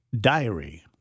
Diary